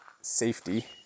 safety